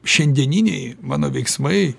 šiandieniniai mano veiksmai